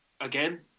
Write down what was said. Again